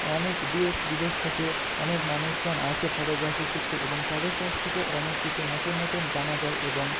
অনেক দেশ বিদেশ থেকে অনেক মানুষজন আসে ফটোগ্রাফি শিখতে এবং তাদের কাছ থেকেও অনেক কিছু নতুন নতুন জানা যায় এবং